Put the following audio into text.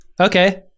okay